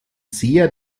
seher